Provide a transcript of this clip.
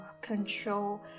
control